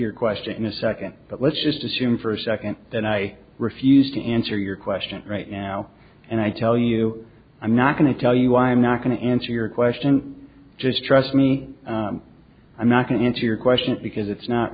your question in a second but let's just assume for a second that i refuse to answer your question right now and i tell you i'm not going to tell you i'm not going to answer your question just trust me i'm not going to answer your question because it's not